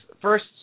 first